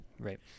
Right